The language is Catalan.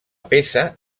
peça